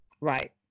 Right